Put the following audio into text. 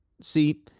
See